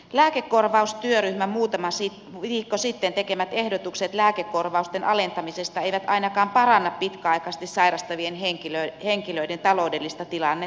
lääkekorvaustyöryhmän muutama viikko sitten tekemät ehdotukset lääkekorvausten alentamisesta eivät ainakaan paranna pitkäaikaisesti sairastavien henkilöiden taloudellista tilannetta